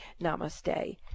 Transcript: namaste